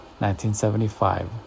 1975